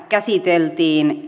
käsiteltiin